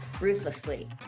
ruthlessly